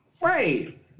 right